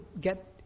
get